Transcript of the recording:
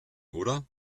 oder